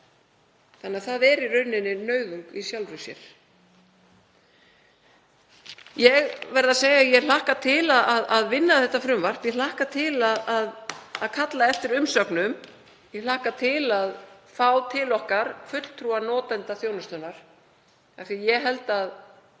þannig að það er í raun nauðung í sjálfu sér. Ég verð að segja að ég hlakka til að vinna þetta frumvarp. Ég hlakka til að kalla eftir umsögnum. Ég hlakka til að fá til okkar fulltrúa notenda þjónustunnar af því að ég held að